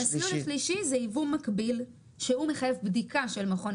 המסלול השלישי הוא יבוא מקביל שהוא מחייב בדיקה של מכון